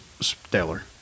stellar